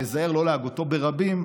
שאיזהר לא להגותו ברבים,